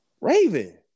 raven